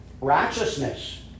Righteousness